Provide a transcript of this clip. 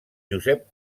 josep